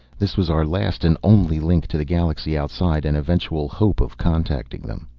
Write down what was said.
this was our last and only link to the galaxy outside and eventual hope of contacting them.